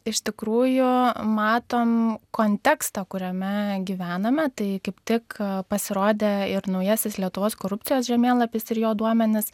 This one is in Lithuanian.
iš tikrųjų matom kontekstą kuriame gyvename tai kaip tik pasirodė ir naujasis lietuvos korupcijos žemėlapis ir jo duomenys